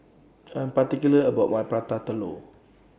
I Am particular about My Prata Telur